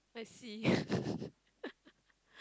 I see